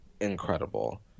incredible